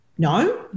No